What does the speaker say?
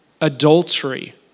adultery